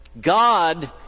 God